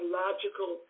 logical